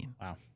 Wow